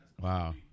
Wow